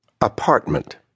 Apartment